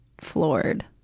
floored